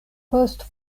post